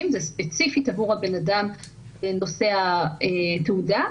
זה ספציפית עבור הבנאדם נושא התעודה.